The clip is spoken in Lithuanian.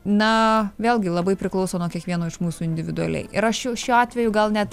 na vėlgi labai priklauso nuo kiekvieno iš mūsų individualiai ir aš šiuo atveju gal net